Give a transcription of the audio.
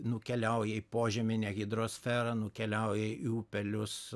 nukeliauja į požeminę hidrosferą nukeliauja į upelius